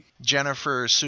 jennifer